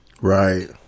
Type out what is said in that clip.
Right